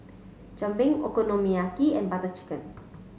Jalebi Okonomiyaki and Butter Chicken